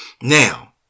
now